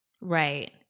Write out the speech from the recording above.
Right